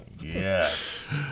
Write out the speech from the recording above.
Yes